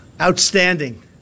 outstanding